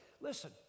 Listen